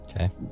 okay